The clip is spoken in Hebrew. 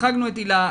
החרגנו את היל"ה,